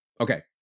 Okay